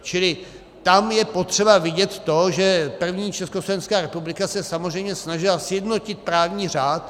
Čili tam je potřeba vidět to, že první Československá republika se samozřejmě snažila sjednotit právní řád.